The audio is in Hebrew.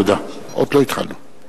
הצעתה של חברת הכנסת אנסטסיה מיכאלי.